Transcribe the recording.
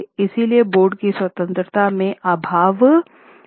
इसलिए बोर्ड की स्वतंत्रता में अभाव था